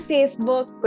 Facebook